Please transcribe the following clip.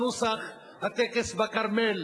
נוסח הטקס בכרמל.